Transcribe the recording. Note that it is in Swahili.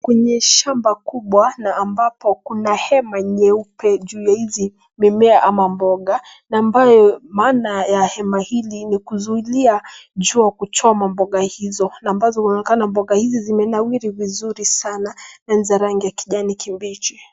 Kwenye shamba kubwa na ambapo kuna hema nyeupe juu ya hizi mimea ama mboga na ambayo maana ya hema hili ni kuzuilia jua kuchoma mboga hizo na ambazo zinaonekana mboga hizi zimenawiri vizuri sana na ni za rangi ya kijani kibichi.